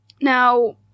Now